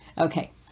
Okay